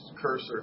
cursor